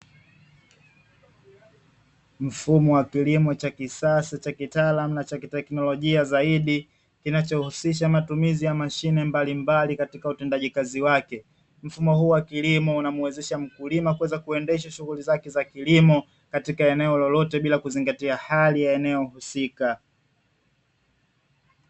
Mfumo wa kilimo cha kisasa cha kitaalamu na cha kitekenolojia zaidi kinachohusisha matumizi ya mashine mbalimbali katika utendaji kazi wake; mfumo huu wa kilimo unamwezesha mkulima kuweza kuendesha shughuli zake za kilimo katika eneo lolote bila kuzingatia hali ya eneo husika.